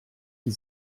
die